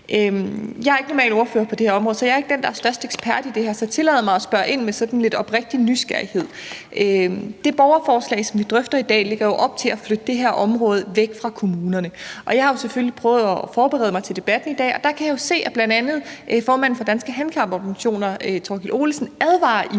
Jeg er ikke ordfører på det her område og er ikke den, der er den største ekspert i det her, så jeg tillader mig at spørge ind med sådan oprigtig nysgerrighed. Det borgerforslag, som vi drøfter i dag, lægger jo op til at flytte det her område væk fra kommunerne. Og jeg har selvfølgelig prøvet at forberede mig til debatten i dag, og der kan jeg jo se, at bl.a. formanden for Danske Handicaporganisationer, Thorkild Olesen, advarer